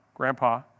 Grandpa